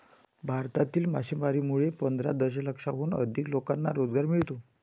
भारतातील मासेमारीमुळे पंधरा दशलक्षाहून अधिक लोकांना रोजगार मिळतो